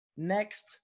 Next